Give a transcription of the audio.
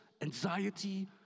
anxiety